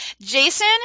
Jason